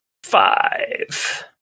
Five